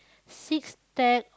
six stack